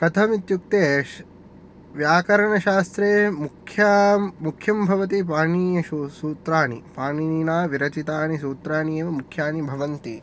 कथम् इत्युक्ते व्याकरणशास्त्रे मुख्यं मुख्यं भवति पाणीय शु सु सूत्राणि पाणिनिना विरचितानि सूत्राण्येव मुख्यानि भवन्ति